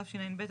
תשע"ב,